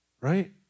Right